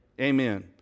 Amen